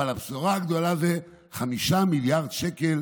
אבל הבשורה הגדולה: 5 מיליארד שקל